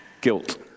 Guilt